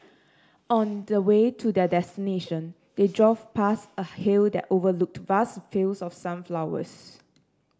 on the way to their destination they drove past a hill that overlooked vast fields of sunflowers